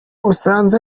usanze